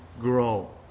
grow